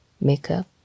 makeup